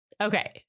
Okay